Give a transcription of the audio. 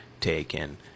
taken